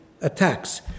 attacks